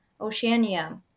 Oceania